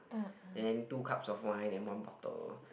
then two cups of wine and one bottle